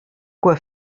quoi